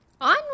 On